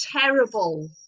terrible